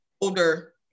older